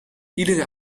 iedere